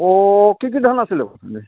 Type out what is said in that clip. অ' কি কি ধান আছিলে